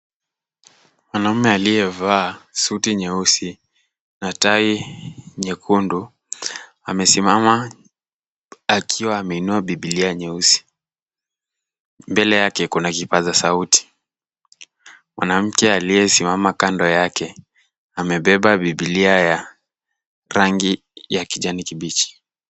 Mwanamume aliyevaa suti nyeusi na tai nyekundu, amesimama akiwa ameinua biblia nyeusi. Mbele yake kuna kipaza sauti. Mwanamke aliyesimama kando yake amebeba biblia ya rangi ya kijani kibichi.